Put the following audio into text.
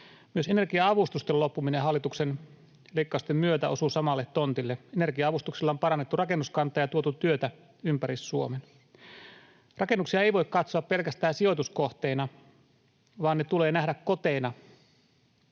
Myös energia-avustusten loppuminen hallituksen leikkausten myötä osuu samalle tontille. Energia-avustuksilla on parannettu rakennuskantaa ja tuotu työtä ympäri Suomen. Rakennuksia ei voi katsoa pelkästään sijoituskohteina, vaan ne tulee nähdä koteina